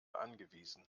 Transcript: angewiesen